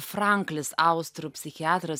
franklis austrų psichiatras